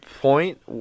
point